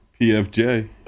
PFJ